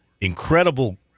incredible